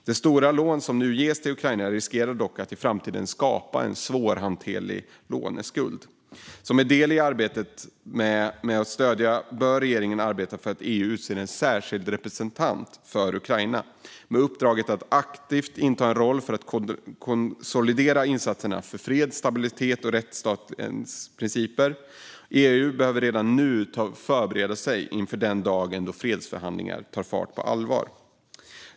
De stora lån som nu ges till Ukraina riskerar dock att i framtiden skapa en svårhanterlig låneskuld. Som en del i arbetet med att stödja Ukraina bör regeringen arbeta för att EU ska utse en särskild representant för Ukraina med uppdraget att inta en aktiv roll för att konsolidera insatserna för fred, stabilitet och rättsstatens principer. EU behöver redan nu förbereda sig för dagen då fredsförhandlingar tar fart på allvar.